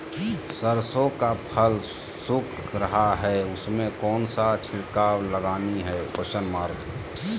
सरसो का फल सुख रहा है उसमें कौन सा छिड़काव लगानी है?